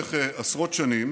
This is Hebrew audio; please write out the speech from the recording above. במשך עשרות שנים